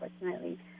unfortunately